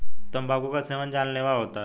तंबाकू का सेवन जानलेवा होता है